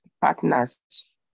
partners